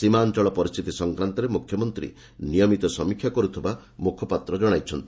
ସୀମା ଅଞ୍ଚଳ ପରିସ୍ଥିତି ସଂକ୍ରାନ୍ତରେ ମୁଖ୍ୟମନ୍ତ୍ରୀ ନିୟମିତ ସମୀକ୍ଷା କର୍ତ୍ତିବା ମୁଖପାତ୍ର ଜଣାଇଛନ୍ତି